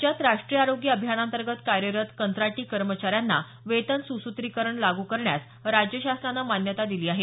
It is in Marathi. राज्यात राष्ट्रीय आरोग्य अभियानांतर्गत कार्यरत कंत्राटी कर्मचाऱ्यांना वेतन सुसूत्रीकरण लागू करण्यास राज्य शासनानं मान्यता दिली आहे